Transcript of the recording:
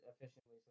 efficiently